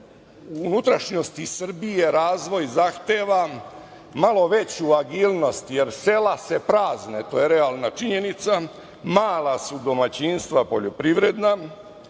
unutrašnjosti Srbije razvoj zahteva malo veću agilnost, jer sela se prazne, to je realna činjenica, mala su poljoprivredna